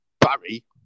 Barry